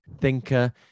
thinker